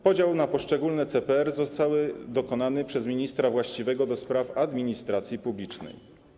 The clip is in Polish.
Podział na poszczególne CPR-y został dokonany przez ministra właściwego do spraw administracji publicznej.